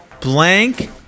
blank